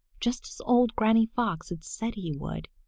just as old granny fox had said he would.